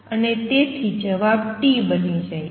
અને તેથી જવાબ T બની જાય છે